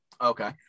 Okay